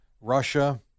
Russia